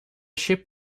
ship